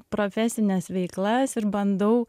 profesines veiklas ir bandau